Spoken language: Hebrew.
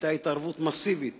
היתה התערבות מסיבית